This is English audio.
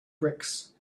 bricks